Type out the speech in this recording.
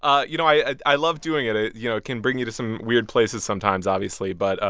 um you know, i i love doing it. ah you know, it can bring you to some weird places sometimes, obviously. but, ah